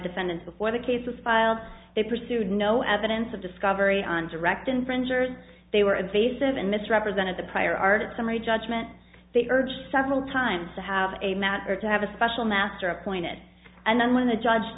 defendants before the case was filed they pursued no evidence of discovery on direct infringers they were invasive and misrepresented the prior art summary judgment they urged several times to have a matter to have a special master appointed and then when the judge